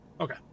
okay